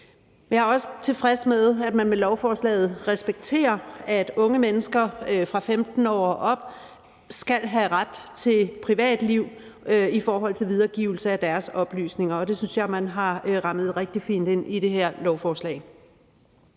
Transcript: Jeg er også tilfreds med, at man med lovforslaget respekterer, at unge mennesker fra 15 år og op skal have ret til privatliv i forhold til videregivelse af deres oplysninger, og det synes jeg at man har rammet rigtig fint ind i det her lovforslag.